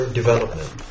development